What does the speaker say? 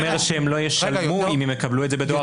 זה לא אומר שהם לא ישלמו אם הם יקבלו את זה בדואר רשום.